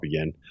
again